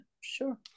sure